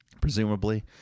presumably